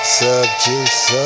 subjects